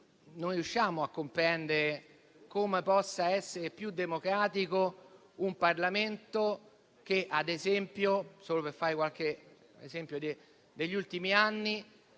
non riusciamo a comprendere come possa essere più democratico un Parlamento nel quale, solo per fare qualche esempio con riferimento